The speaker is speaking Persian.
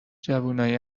جوونای